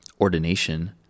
ordination